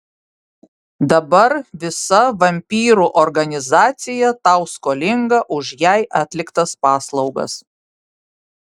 dabar visa vampyrų organizacija tau skolinga už jai atliktas paslaugas